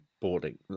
boarding